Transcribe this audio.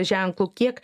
ženklu kiek